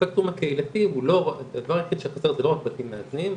הדבר היחיד שחסר זה לא רק בתים מאזנים,